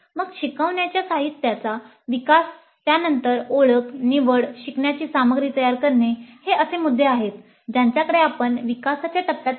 मग शिकवण्याच्या साहित्याचा विकास त्यानंतर ओळख निवड शिकण्याची सामग्री तयार करणे हे असे मुद्दे आहेत ज्यांच्याकडे आपण विकासाच्या टप्प्यात पाहिले